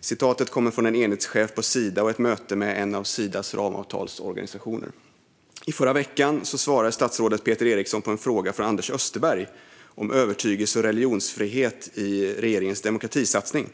Detta uttalande kommer från en enhetschef på Sida vid ett möte med en av Sidas ramavtalsorganisationer. Förra veckan svarade statsrådet Peter Eriksson på en fråga från Anders Österberg om övertygelse och religionsfrihet i regeringens demokratisatsning.